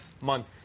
month